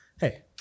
Hey